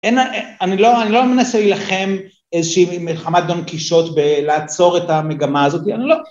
‫אני לא מנסה להילחם איזושהי ‫מלחמת דון קישוט ‫ולעצור את המגמה הזאת, אני לא...